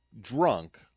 drunk